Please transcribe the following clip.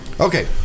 Okay